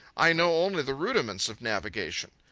i know only the rudiments of navigation.